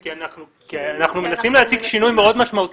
כי אנחנו מנסים להציג שינוי מאוד משמעותי